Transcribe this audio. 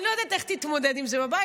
אני לא יודעת איך תתמודד עם זה בבית.